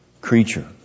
creature